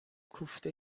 کوفته